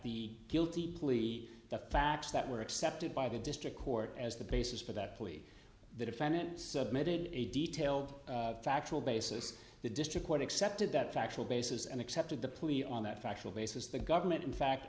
the guilty plea the facts that were accepted by the district court as the basis for that plea the defendant submitted a detailed factual basis the district court accepted that factual basis and accepted the plea on that factual basis the government in fact